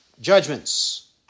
judgments